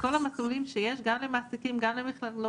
שמוטי אלישע הפנה אלינו, כתוב שטרם התקבל במלואו.